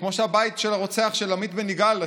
כמו שהבית של הרוצח של עמית בן יגאל,